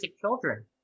children